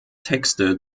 texte